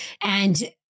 and-